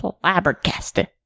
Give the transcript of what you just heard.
flabbergasted